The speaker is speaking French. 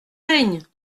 règne